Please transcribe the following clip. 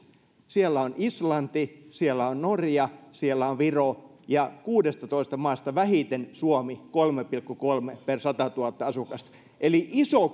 siellä on islanti siellä on norja siellä on viro ja kuudestatoista maasta vähiten suomi kolme pilkku kolme per satatuhatta asukasta eli iso